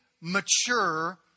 mature